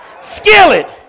skillet